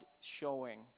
showing